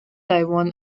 taiwan